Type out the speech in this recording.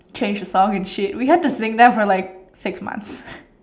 change the song and shit we had to sing that song for like six months